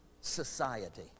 society